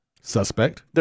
Suspect